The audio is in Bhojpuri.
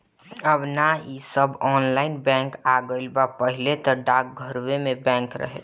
अब नअ इ सब ऑनलाइन बैंक आ गईल बा पहिले तअ डाकघरवे में बैंक रहे